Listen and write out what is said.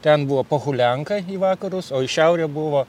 ten buvo pohulianka į vakarus o į šiaurę buvo